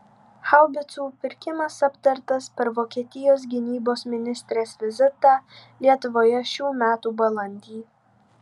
haubicų pirkimas aptartas per vokietijos gynybos ministrės vizitą lietuvoje šių metų balandį